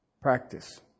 practice